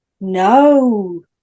no